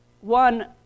one